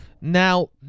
now